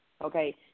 Okay